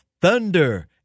thunder